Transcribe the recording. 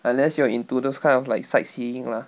unless you're into those kind of like sightseeing lah